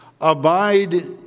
abide